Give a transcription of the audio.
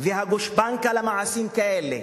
והגושפנקה למעשים כאלה.